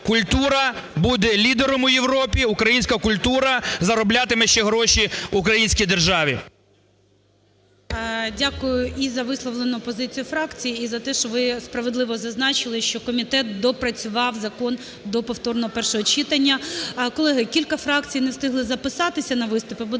Культура буде лідером у Європі, українська культура зароблятиме ще гроші українській державі. ГОЛОВУЮЧИЙ. Дякую і за висловлену позицію фракції, і за те, що ви справедливо зазначили, що комітет допрацював закон до повторного першого читання. Колеги, кілька фракцій не встигли записатися на виступи.